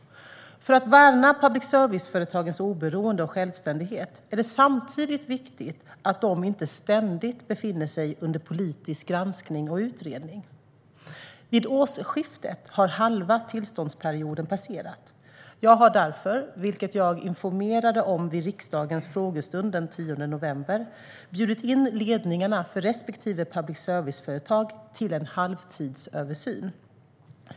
För att värna public service-företagens oberoende och självständighet är det samtidigt viktigt att de inte ständigt befinner sig under politisk granskning och utredning. Vid årsskiftet har halva tillståndsperioden passerat. Jag har därför - vilket jag informerade om vid riksdagens frågestund den 10 november - bjudit in ledningarna för respektive public service-företag till en halvtidsöversyn.